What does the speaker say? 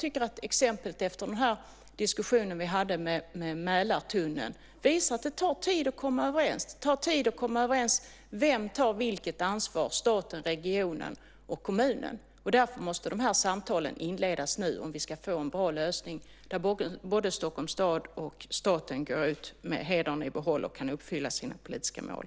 Exemplet vi hade efter diskussionen vi hade om Mälartunneln visar att det tar tid att komma överens om vem som tar vilket ansvar - staten, regionen och kommunen. Därför måste samtalen inledas nu om vi ska få en bra lösning där både Stockholms stad och staten går ut med hedern i behåll och kan uppfylla sina politiska mål.